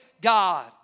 God